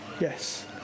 Yes